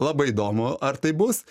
labai įdomu ar tai bus